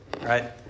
Right